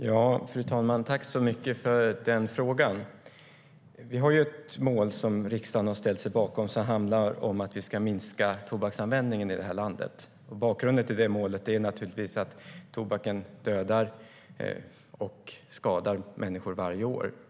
Fru talman! Jag tackar Erik Andersson för frågan. Vi har ett mål som riksdagen har ställt sig bakom som handlar om att minska tobaksanvändningen i vårt land. Bakgrunden till målet är givetvis att tobaken dödar och skadar människor varje år.